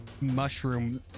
mushroom